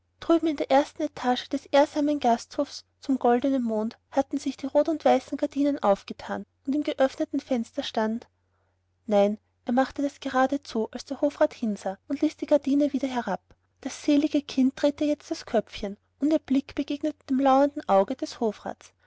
und drüben in der ersten etage des ehrsamen gasthofes zum goldenen mond hatten sich die rot und weißen gardinen aufgetan und im geöffneten fenster stand nein er machte es gerade zu als der hofrat hinsah und ließ die gardine wieder herab das selige kind drehte jetzt das köpfchen und ihr blick begegnete dem lauernden auge des hofrats